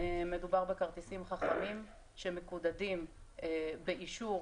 מדובר בכרטיסים חכמים שמקודדים באישור